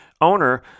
owner